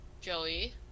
Joey